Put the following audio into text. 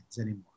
anymore